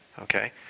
Okay